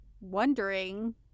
wondering